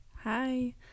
Hi